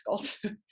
difficult